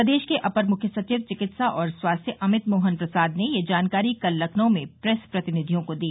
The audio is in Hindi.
प्रदेश के अपर मुख्य सचिव चिकित्सा और स्वास्थ्य अमित मोहन प्रसाद ने यह जानकारी कल लखनऊ में प्रेस प्रतिनिधियों को दी